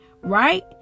right